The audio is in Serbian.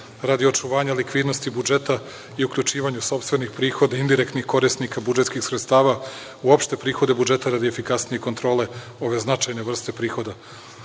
radi očuvanja likvidnosti budžeta i uključivanje sopstvenih prihoda indirektnih korisnika budžetskih sredstava uopšte prihoda budžeta radi efikasnije kontrole ove značajne vrste